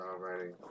Alrighty